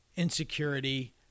Insecurity